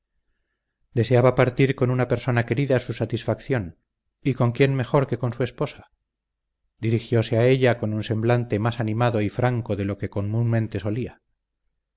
distinciones deseaba partir con una persona querida su satisfacción y con quién mejor que con su esposa dirigióse a ella con un semblante más animado y franco de lo que comúnmente solía